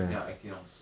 ya Exynos